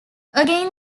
again